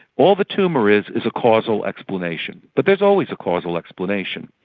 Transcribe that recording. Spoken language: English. all the tumour is is a causal explanation, but there's always a causal explanation.